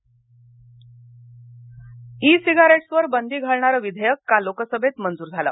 संसद ई सिगारेट्सवर बंदी घालणारं विधेयक काल लोकसभेत मंजूर झालं